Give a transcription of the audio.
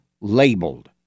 labeled